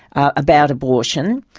about abortion.